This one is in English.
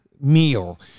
meal